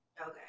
okay